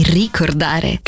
ricordare